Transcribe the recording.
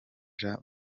jean